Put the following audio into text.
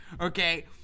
okay